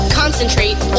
concentrate